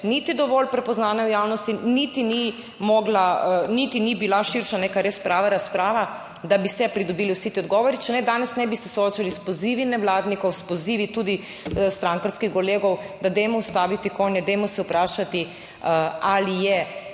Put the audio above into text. niti dovolj prepoznane v javnosti, niti ni bila širša neka res prava razprava, da bi se pridobili vsi ti odgovori, če ne danes ne bi se soočali s pozivi nevladnikov, s pozivi tudi strankarskih kolegov, da dajmo ustaviti konje, dajmo se vprašati ali je